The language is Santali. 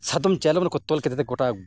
ᱥᱟᱫᱚᱢ ᱪᱟᱭᱞᱚᱢ ᱨᱮᱠᱚ ᱛᱚᱞ ᱠᱮᱫᱮᱛᱮ ᱜᱚᱴᱟ